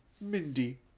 Mindy